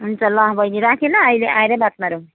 हुन्छ ल राखेँ ल बैनी अहिले आएर बात मारौँ